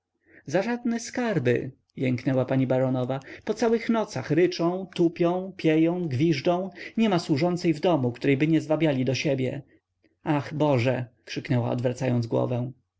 za żadne skarby jęknęła pani baronowa po całych nocach ryczą tupią pieją gwiżdżą niema służącej w domu którejby nie zwabiali do siebie ach boże krzyknęła odwracając głowę